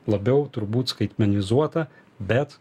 labiau turbūt skaitmenizuotą bet